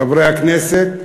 חברי הכנסת,